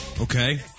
Okay